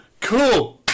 cool